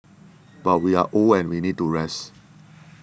but we are old and we need to rest